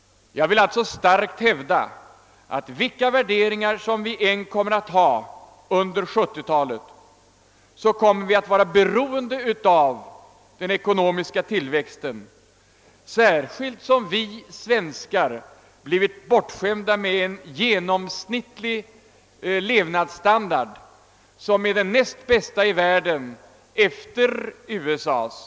Jag vill alltså starkt hävda att vi, vilka värderingar vi än kommer att ha under 1970-talet, kommer att vara beroende av den ekonomiska tillväxten, särskilt som vi svenskar blivit bortskämda med en genomsnittlig levnadsstandard, som är den näst högsta i världen efter USA:s.